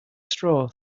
straw